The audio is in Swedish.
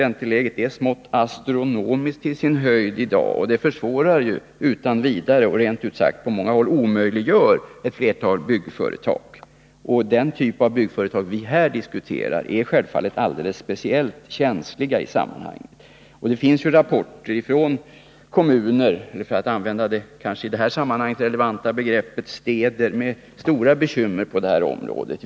Det försvårar utan vidare — ja, det rent ut sagt omöjliggör på många håll — flertalet byggföretag. Den typ av byggföretag vi här diskuterar är självfallet speciellt känsliga. Det finns rapporter från kommuner-— eller, för att använda det i det här sammanhanget kanske mer relevanta begreppet städer — med stora bekymmer på det här området.